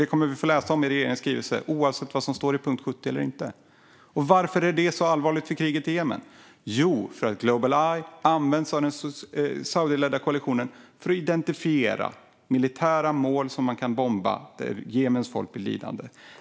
Det kommer vi att få läsa om i regeringens skrivelse, oavsett vad som står eller inte står i punkt 70. Varför är det så allvarligt för kriget i Jemen? Jo, för att Global Eye används av den saudiledda koalitionen för att identifiera militära mål som man bombar, vilket gör att Jemens folk blir lidande.